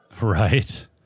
Right